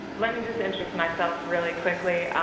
let me just introduce myself really quickly.